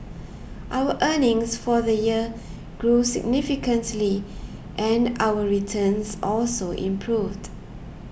our earnings for the year grew significantly and our returns also improved